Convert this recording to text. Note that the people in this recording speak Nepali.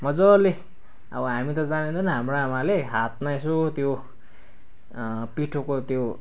मज्जाले अब हामी त जानिँदैन हाम्रो आमाले हातमा यसो त्यो पिठोको त्यो